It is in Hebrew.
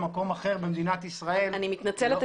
אני מתנצלת,